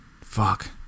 fuck